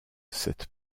cette